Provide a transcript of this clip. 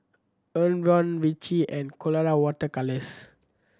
Enervon Vichy and Colora Water Colours